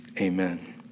amen